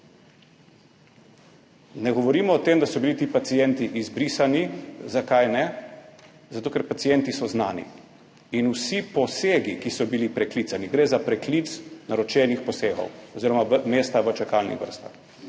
Ne govorimo o tem, da so bili ti pacienti izbrisani. Zakaj ne? Zato, ker pacienti so znani. In vsi posegi, ki so bili preklicani, gre za preklic naročenih posegov oziroma mesta v čakalnih vrstah.